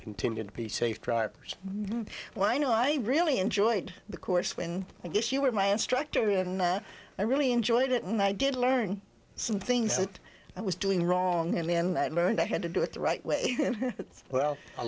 continue to be safe drivers when i know i really enjoyed the course when i guess you were my instructor you have not i really enjoyed it and i did learn some things that i was doing wrong and then that learned i had to do it the right way well a